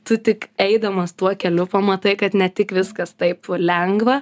tu tik eidamas tuo keliu pamatai kad ne tik viskas taip lengva